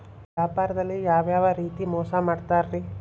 ವ್ಯಾಪಾರದಲ್ಲಿ ಯಾವ್ಯಾವ ರೇತಿ ಮೋಸ ಮಾಡ್ತಾರ್ರಿ?